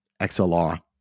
XLR